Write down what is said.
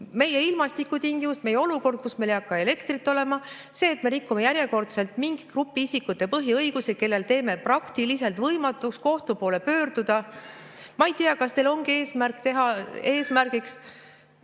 Meie ilmastikutingimused, meie olukord, kus meil ei hakka elektrit olema. See, et me rikume järjekordselt mingi grupi isikute põhiõigusi, kellel teeme praktiliselt võimatuks kohtu poole pöörduda. Ma ei tea, kas teil ongi eesmärgiks